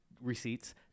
receipts